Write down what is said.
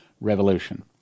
revolution